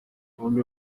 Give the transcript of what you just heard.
bombi